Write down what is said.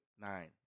Nine